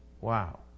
Wow